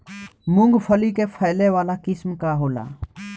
मूँगफली के फैले वाला किस्म का होला?